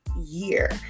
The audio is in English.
year